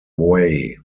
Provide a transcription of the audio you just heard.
way